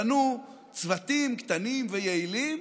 בנו צוותים קטנים ויעילים,